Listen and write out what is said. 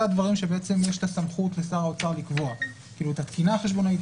הם הדברים שבעצם יש את הסמכות לשר האוצר לקבוע: את התקינה חשבונאית,